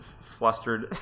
flustered